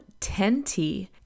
10T